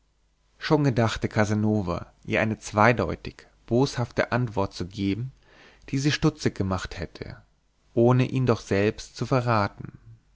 schon gedachte casanova ihr eine zweideutig boshafte antwort zu geben die sie stutzig gemacht hätte ohne ihn doch selbst zu verraten